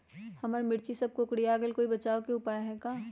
हमर मिर्ची सब कोकररिया गेल कोई बचाव के उपाय है का?